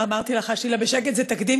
לחשתי לה בשקט: זה תקדים,